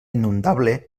inundable